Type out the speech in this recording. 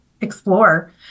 explore